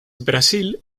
brasil